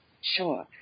Sure